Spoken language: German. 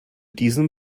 diesem